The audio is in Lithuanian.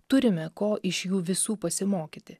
turime ko iš jų visų pasimokyti